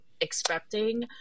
expecting